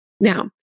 Now